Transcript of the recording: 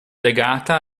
legata